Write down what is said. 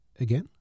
again